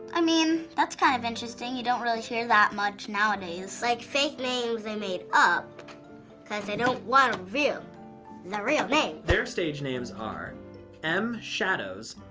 i mean, that's kind of interesting. you don't really hear that much nowadays. like fake names they made up cause they don't want to reveal their real names? their stage names are m. shadows,